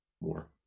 more